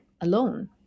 alone